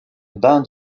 bain